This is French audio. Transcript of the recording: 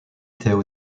étaient